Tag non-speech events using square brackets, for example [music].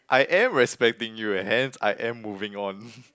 I am respecting you and hence I am moving on [laughs]